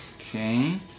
Okay